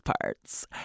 parts